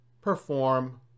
perform